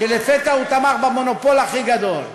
כשלפתע הוא תמך במונופול הכי גדול.